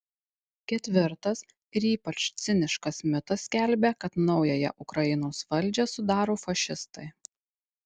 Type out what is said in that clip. ketvirtas ir ypač ciniškas mitas skelbia kad naująją ukrainos valdžią sudaro fašistai